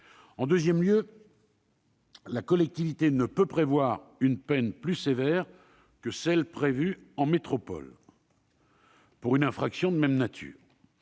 En second lieu, la collectivité ne peut prévoir une peine plus sévère que celle qui est prévue en métropole pour une infraction de même nature.